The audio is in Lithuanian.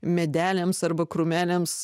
medeliams arba krūmeliams